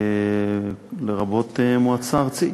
לרבות מועצה ארצית.